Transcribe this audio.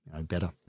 better